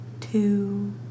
two